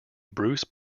bruce